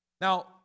Now